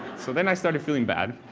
so then i started feeling bad,